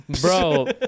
Bro